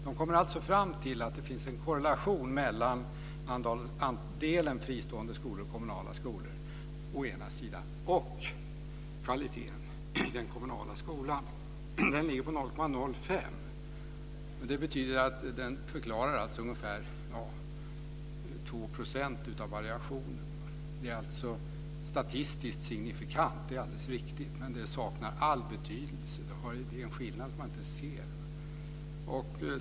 Den kommer alltså fram till att det finns en korrelation mellan andelen fristående skolor och kommunala skolor och kvaliteten i den kommunala skolan. Den ligger på 0.05. Det betyder att den förklarar ungefär 2 % av variationen. Det är alltså statistiskt signifikant. Det är alldeles riktigt, men det saknar all betydelse. Det är en skillnad som man inte ser.